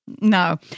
No